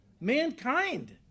mankind